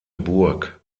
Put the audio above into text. burg